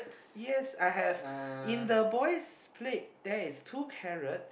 yes I have in the boy's plate there is two carrot